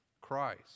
Christ